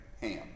ham